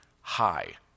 high